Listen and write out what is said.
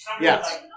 Yes